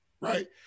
right